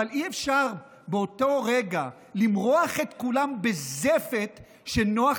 אבל אי-אפשר באותו רגע למרוח את כולם בזפת כשנוח